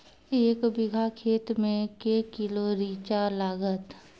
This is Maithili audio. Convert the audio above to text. एक बीघा खेत मे के किलो रिचा लागत?